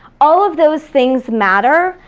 all of those things matter,